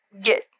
get